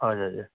हजुर हजुर